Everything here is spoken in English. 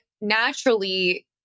naturally